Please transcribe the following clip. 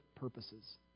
purposes